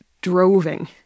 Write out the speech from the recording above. droving